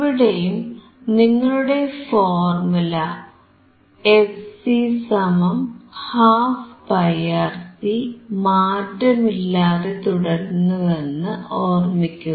ഇവിടെയും നിങ്ങളുടെ formula fc 12πRC മാറ്റമില്ലാതെ തുടരുന്നുവെന്ന് ഓർമിക്കുക